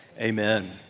Amen